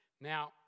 Now